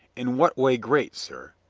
in what way great, sir?